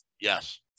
Yes